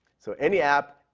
so any app,